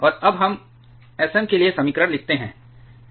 और अब हम Sm के लिए समीकरण लिखते हैं